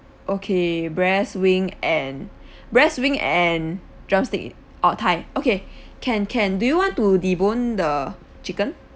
okay breast wing and breast wing and drumstick orh thigh okay can can do you want to debone the chicken